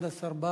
בעד, 11,